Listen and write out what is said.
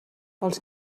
els